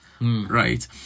Right